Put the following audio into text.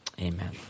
Amen